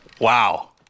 Wow